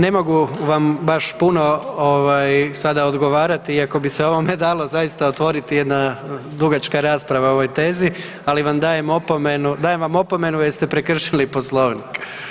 Ne mogu vam baš puno, ovaj, sada odgovarati, iako bi se o ovome dalo zaista otvoriti jedna dugačka rasprava o ovoj tezi, ali vam dajem opomenu, dajem vam opomenu jer ste prekršili Poslovnik.